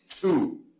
two